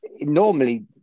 normally